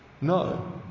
No